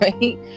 right